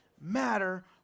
matter